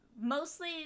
Mostly